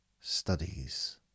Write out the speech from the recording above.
studies